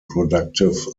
productive